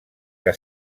que